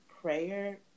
prayer